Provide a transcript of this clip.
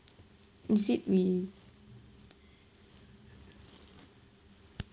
is it